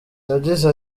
yagize